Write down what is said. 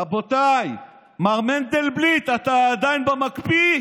רבותיי, מר מנדלבליט, אתה עדיין במקפיא?